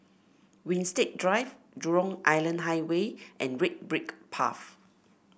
Winstedt Drive Jurong Island Highway and Red Brick Path